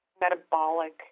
metabolic